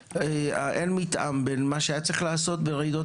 אין מתאם בין מה שהיה צריך לעשות ברעידות